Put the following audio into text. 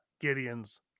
Gideon's